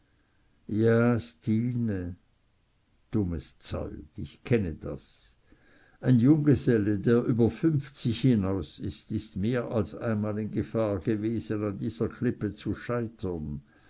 ja stine dummes zeug ich kenne das ein junggeselle der über fünfzig hinaus ist ist mehr als einmal in gefahr gewesen an dieser klippe zu scheitern